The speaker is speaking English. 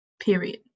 period